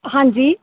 ਹਾਂਜੀ